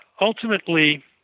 ultimately